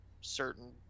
certain